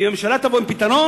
ואם הממשלה תבוא עם פתרון,